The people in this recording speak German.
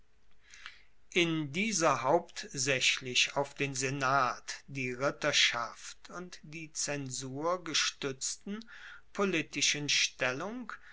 in dieser hauptsaechlich auf den senat die ritterschaft und die zensur gestuetzten politischen stellung